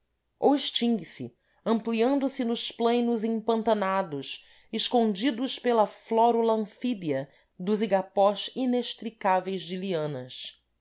ou extingue se ampliando se nos plainos empantanados escondidos pela flórula anfíbia dos igapós inextricáveis de lianas